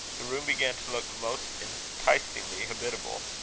the room began to look most enticingly habitable.